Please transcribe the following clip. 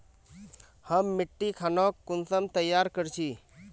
हम मिट्टी खानोक कुंसम तैयार कर छी?